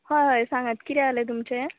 हय सांगात किरें जालें तुमचें